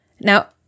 Now